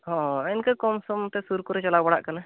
ᱦᱚᱸ ᱤᱱᱠᱟᱹ ᱠᱚᱢ ᱥᱚᱢᱛᱮ ᱥᱩᱨ ᱠᱚᱨᱮ ᱪᱟᱞᱟᱣ ᱵᱟᱲᱟᱜ ᱠᱟᱱᱟ